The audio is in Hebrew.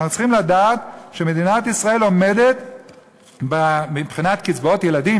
אנחנו צריכים לדעת שמדינת ישראל עומדת מבחינת קצבאות ילדים,